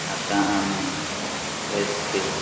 आतां आमी हेच खेळ